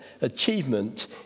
achievement